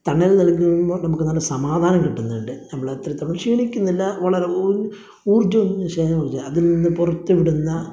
തണല് നല്കുമ്പോൾ നമുക്ക് നല്ല സമാധാനം കിട്ടുന്നുണ്ട് നമ്മൾ അത്രത്തോളം ക്ഷീണിക്കുന്നില്ല വളരെ ഊര്ജ്ജവും അതില് നിന്ന് പുറത്തു വിടുന്ന